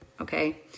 Okay